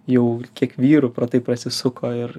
jau kiek vyrų pro tai prasisuko ir